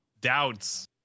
doubts